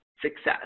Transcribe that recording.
Success